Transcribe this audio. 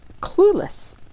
clueless